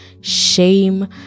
shame